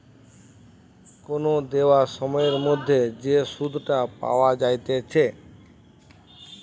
কোন দেওয়া সময়ের মধ্যে যে সুধটা পাওয়া যাইতেছে